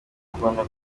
kubona